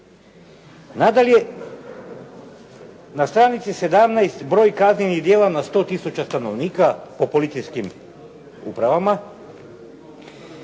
Nadalje, na stranici 17 broj kaznenih djela na 100 tisuća stanovnika po policijskim upravama.